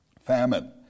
famine